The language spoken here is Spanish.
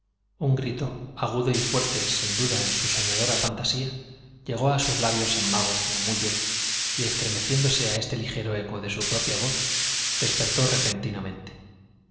un grito agudo y fuerte sin duda en su soñadora fantasía llegó a sus labios en vago murmullo y estremeciéndose a este ligero eco de su propia voz despertó repentinamente